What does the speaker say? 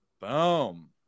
Boom